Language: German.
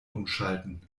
umschalten